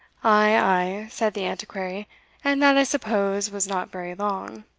ay, said the antiquary and that, i suppose, was not very long.